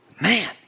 man